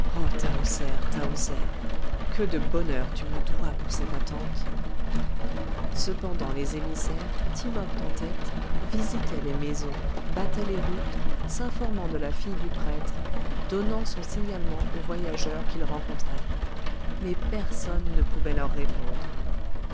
que de bonheur tu me dois pour cette attente cependant les émissaires timopht en tête visitaient les maisons battaient les routes s'informant de la fille du prêtre donnant son signalement aux voyageurs qu'ils rencontraient mais personne ne pouvait leur répondre